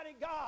God